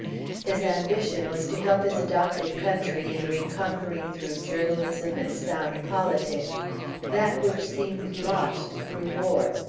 his ambition was to help his adopted country in reconquering through journalism and sound politics that which seemed lost through war.